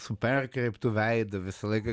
su perkreiptu veidu visą laiką